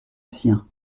sien